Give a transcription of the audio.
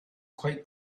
quite